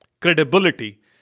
credibility